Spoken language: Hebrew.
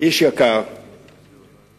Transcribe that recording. איש יקר מחצור,